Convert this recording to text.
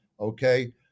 Okay